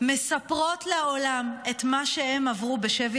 בכלל מספרות לעולם את מה שהן עברו בשבי